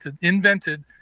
invented